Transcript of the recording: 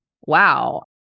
wow